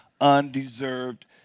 undeserved